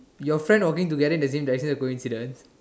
your friend walking together in the same direction is a coincidence